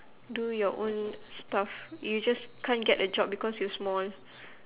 do your own stuff you just can't get a job because you're small